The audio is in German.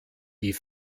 die